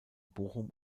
bochum